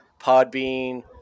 Podbean